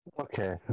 Okay